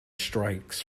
strikes